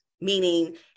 Meaning